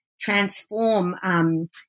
transform